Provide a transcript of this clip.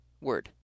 Word